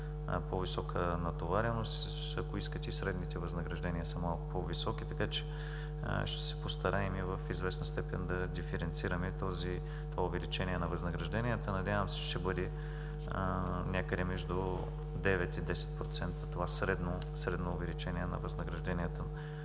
по-висока натовареност. И средните възнаграждения са малко по-високи, така че ще се постараем в известна степен да диференцираме това увеличение на възнагражденията. Надявам се, че ще бъде някъде между 9 – 10 % това средно увеличение на възнагражденията